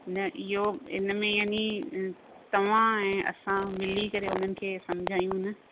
न इहो इन में यानी तव्हां ऐं असां मिली करे उन्हनि खे सम्झायूं न